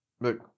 Look